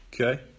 Okay